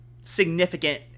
significant